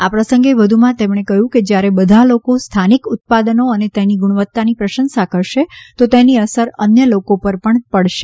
આ પ્રસંગે વધુમાં તેમણે કહ્યું કે જ્યારે બધા લોકો સ્થાનિક ઉત્પાદનો અને તેની ગુણવત્તાની પ્રશંસા કરશે તો તેની અસર અન્ય લોકો પર પણ પડશે